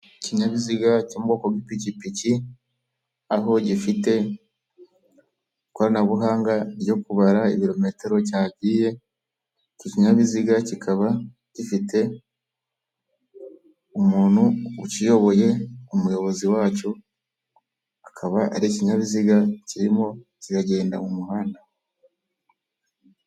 Ikinyabiziga cy'ubwoko bwi ipikipiki aho gifite ikoranabuhanga ryo kubara ibirometero cyagiye kukinyabiziga kikaba gifite umuntu ukiyoboye umuyobozi wacyo akaba ari ikinyabiziga kirimo kikagenda mu muhanda.